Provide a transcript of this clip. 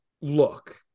look